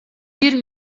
bir